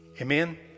Amen